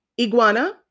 Iguana